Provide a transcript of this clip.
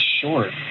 short